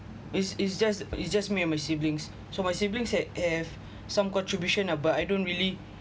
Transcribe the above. it's it's just it's just me and my siblings so my siblings ha~ have some contribution ah but I don't really